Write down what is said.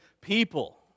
people